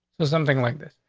so something like this.